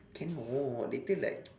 cannot later like